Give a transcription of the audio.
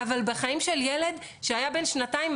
אבל בחיים של ילד שהיה בן שנתיים,